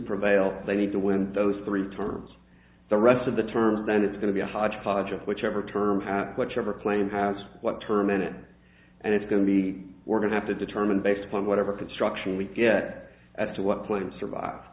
prevail they need to win those three terms the rest of the term then it's going to be a hodgepodge of whichever term whatever plane has what term in it and it's going to be we're going to have to determine based upon whatever construction we get at to what plane survive